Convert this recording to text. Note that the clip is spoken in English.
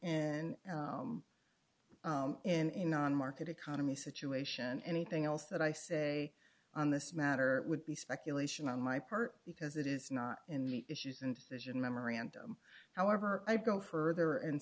and in non market economy situation anything else that i say on this matter would be speculation on my part because it is not in the issues and vision memorandum however i go further and